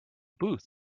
booth